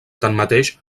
tanmateix